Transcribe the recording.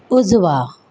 उजवा